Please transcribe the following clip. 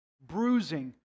bruising